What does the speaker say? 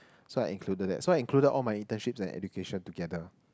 so I included that so I included all my internships and education together